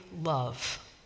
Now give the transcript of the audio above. love